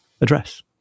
address